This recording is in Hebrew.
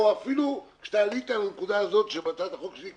או אפילו כאשר עלית על הנקודה הזאת שקיימת בהצעת החוק,